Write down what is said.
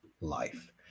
life